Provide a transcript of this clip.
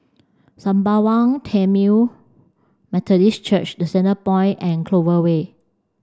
Sembawang Tamil Methodist Church The Centrepoint and Clover Way